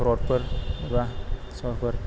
रदफोर एबा सहरफोर